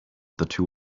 two